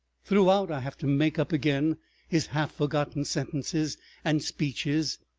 throughout i have to make up again his half-forgotten sentences and speeches,